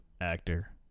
actor